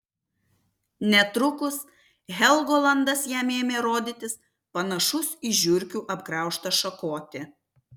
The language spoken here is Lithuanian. netrukus helgolandas jam ėmė rodytis panašus į žiurkių apgraužtą šakotį